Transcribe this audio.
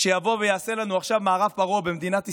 שיבוא ויעשה לנו עכשיו מערב פרוע במדינת ישראל,